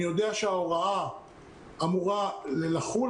אני יודע שההוראה אמורה לחול,